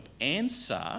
answer